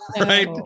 right